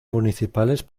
municipales